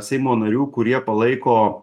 seimo narių kurie palaiko